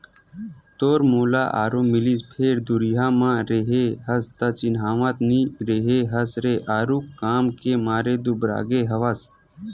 तोर मोला आरो मिलिस फेर दुरिहा म रेहे हस त चिन्हावत नइ रेहे हस रे आरुग काम के मारे दुबरागे हवस